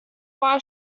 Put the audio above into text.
doha